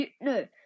No